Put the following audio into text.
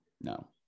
No